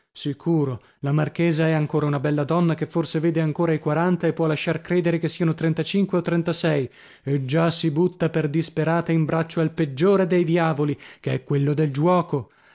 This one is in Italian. sicuro la marchesa è ancora una bella donna che forse vede ancora i quaranta e può lasciar credere che siano trentacinque o trentasei e già si butta per disperata in braccio al peggiore dei diavoli che è quello del giuoco